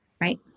right